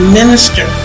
minister